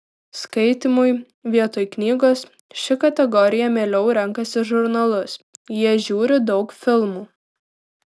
skaitymui vietoj knygos ši kategorija mieliau renkasi žurnalus jie žiūri daug filmų